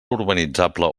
urbanitzable